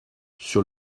sur